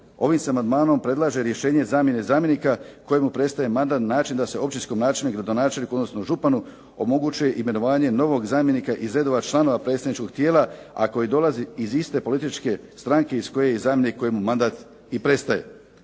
Ovim se amandmanom predlaže rješenje zamjene zamjenika kojemu prestaje mandat na način da se općinskom načelniku, gradonačelniku odnosno županu omogući imenovanje novog zamjenika iz redova članova predsjedničkog tijela, a koji dolazi iz iste političke stranke iz koje je zamjenik kojemu mandat i prestaje.